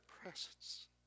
presence